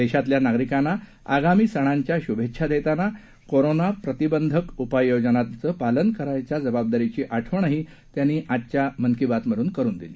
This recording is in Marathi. देशातल्या नागरिकांना आगामी सणांच्या शुभेच्छा देताना कोरोना प्रतिबंधात्मक उपाययोजनांचं पालन करायच्या जबाबदारीची आठवणही त्यांनी आजच्या मन की बातमधून करून दिली